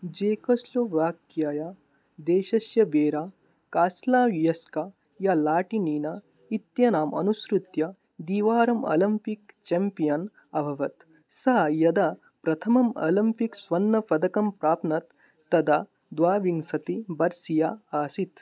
Czechoslovakia देशस्य Vera Caslavska या Latynina इत्येनाम् अनुसृत्य द्विवारं ओलिम्पिक् चेम्पियन् अभवत् सा यदा प्रथमं ओलिम्पिक् स्वर्णपदकं प्राप्नोत् तदा द्वाविंशति वर्षीया आसीत्